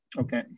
Okay